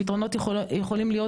הפתרונות יכולים להיות